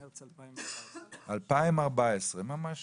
מרץ 2014. 2014, ממש